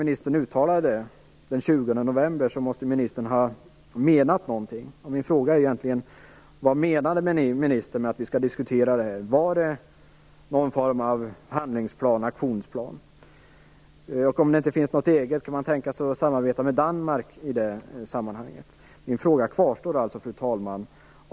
Ministern måste ha menat någonting med detta, och min fråga är egentligen: Vad menade ministern med att vi skall diskutera det här? Menade hon någon form av handlingsplan eller aktionsplan? Och om det inte finns någon egen sådan, kan man då tänka sig att samarbeta med Danmark? Min fråga kvarstår, fru talman.